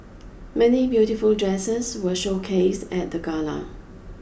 many beautiful dresses were showcased at the gala